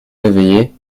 réveillés